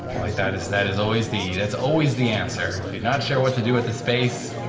like, that is, that is always the that's always the answer. you're not sure what to do with the space?